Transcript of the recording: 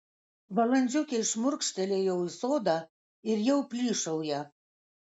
valandžiukei šmurkštelėjau į sodą ir jau plyšauja